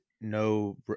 no